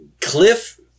Cliff